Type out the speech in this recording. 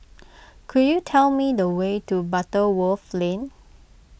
could you tell me the way to Butterworth Lane